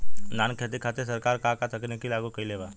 धान क खेती खातिर सरकार का का तकनीक लागू कईले बा?